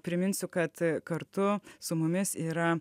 priminsiu kad kartu su mumis yra